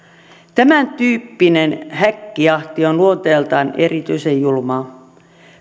tämäntyyppinen häkkijahti on luonteeltaan erityisen julmaa